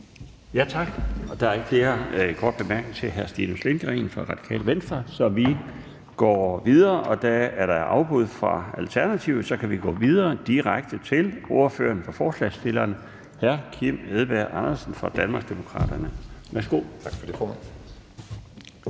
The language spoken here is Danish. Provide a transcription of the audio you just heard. Tak. Der er ikke flere korte bemærkninger til hr. Stinus Lindgreen fra Radikale Venstre, så vi går videre i ordførerrækken. Da der er afbud fra Alternativet, kan vi gå videre til ordføreren for forslagsstillerne, hr. Kim Edberg Andersen fra Danmarksdemokraterne. Værsgo. Kl. 17:31 (Ordfører